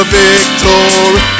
victory